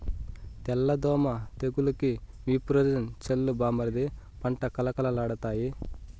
తెల్ల దోమ తెగులుకి విప్రోజిన్ చల్లు బామ్మర్ది పంట కళకళలాడతాయి